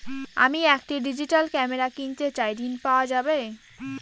আমি একটি digital camera কিনতে চাই ঝণ পাওয়া যাবে?